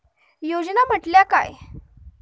योजना म्हटल्या काय?